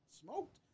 smoked